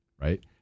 right